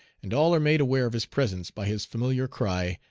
and all are made aware of his presence by his familiar cry,